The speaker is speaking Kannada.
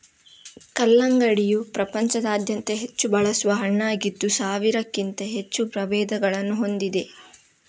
ಕಲ್ಲಂಗಡಿಯು ಪ್ರಪಂಚಾದ್ಯಂತ ಹೆಚ್ಚು ಬೆಳೆಸುವ ಹಣ್ಣಾಗಿದ್ದು ಸಾವಿರಕ್ಕಿಂತ ಹೆಚ್ಚು ಪ್ರಭೇದಗಳನ್ನು ಹೊಂದಿದೆ